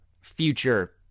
future